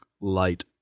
light